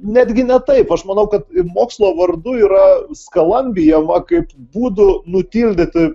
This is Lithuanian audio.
netgi ne taip aš manau kad ir mokslo vardu yra skalambijama kaip būdu nutildyti